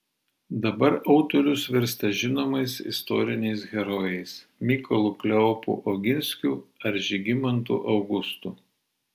dabar autorius virsta žinomais istoriniais herojais mykolu kleopu oginskiu ar žygimantu augustu